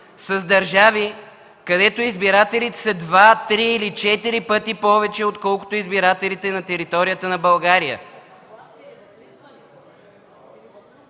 с държави, където избирателите са 2-3 или 4 пъти повече, отколкото избирателите на територията на България.